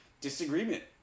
disagreement